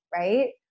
Right